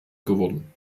geworden